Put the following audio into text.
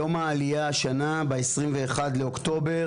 יום העלייה השנה ב-21 באוקטובר,